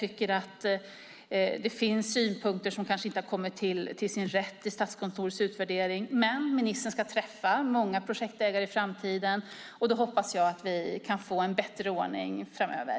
Det finns synpunkter som kanske inte har kommit till sin rätt i Statskontorets utvärdering, men ministern ska träffa många projektägare i framtiden, och jag hoppas att vi därmed får en bättre ordning framöver.